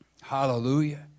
Hallelujah